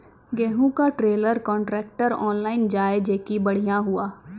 गेहूँ का trailer contractor online जाए जैकी बढ़िया हुआ